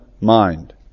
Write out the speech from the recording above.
mind